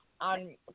on